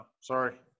Sorry